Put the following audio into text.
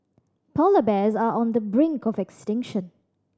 polar bears are on the brink of extinction